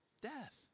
death